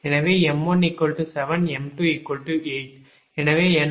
எனவே m1 7 m2 8